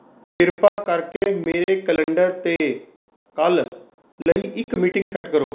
ਕਿਰਪਾ ਕਰਕੇ ਮੇਰੇ ਕੈਲੰਡਰ 'ਤੇ ਕੱਲ੍ਹ ਲਈ ਇੱਕ ਮੀਟਿੰਗ ਸੈੱਟ ਕਰੋ